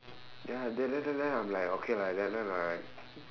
ya then then then I'm like okay lah like that then I like